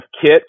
Kit